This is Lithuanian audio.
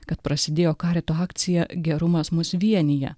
kad prasidėjo karito akciją gerumas mus vienija